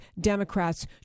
Democrats